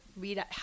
read